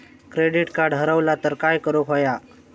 Credit card हरवला तर काय करुक होया?